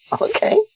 okay